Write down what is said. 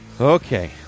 Okay